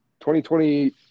2020